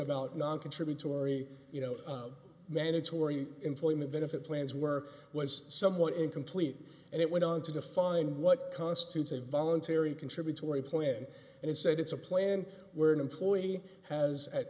about noncontributory you know mandatory employment benefit plans were was somewhat incomplete and it went on to define what constitutes a voluntary contributory point in and it said it's a plan where an employee has at